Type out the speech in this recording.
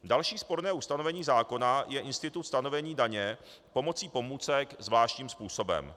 Další sporné ustanovení zákona je institut stanovení daně pomocí pomůcek zvláštním způsobem.